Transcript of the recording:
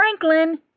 Franklin